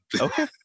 Okay